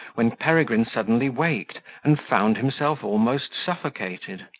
when peregrine suddenly waked, and found himself almost suffocated.